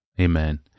Amen